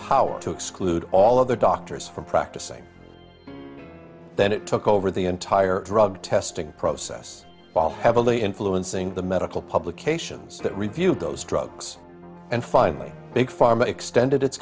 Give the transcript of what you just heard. power to exclude all other doctors from practicing then it took over the entire drug testing process while heavily influencing the medical publications that reviewed those drugs and finally big pharma extended it